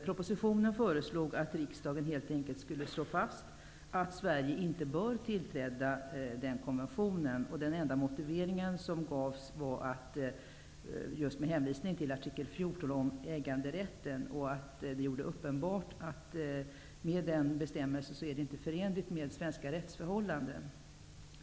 Propositionen föreslog att riksdagen helt enkelt skulle slå fast att Sverige inte bör tillträda den konventionen. Den enda motivering som gavs var att man hänvisade till artikel 14 om äganderätten och att det med svenska rättsförhållanden uppenbart inte är förenligt med den bestämmelsen.